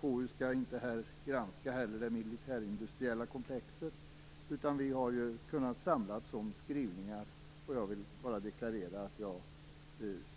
KU skall ju inte granska det militärindustriella komplexet, men vi har kunnat samlas om skrivningarna. Jag vill bara deklarera att jag